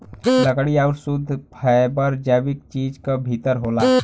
लकड़ी आउर शुद्ध फैबर जैविक चीज क भितर होला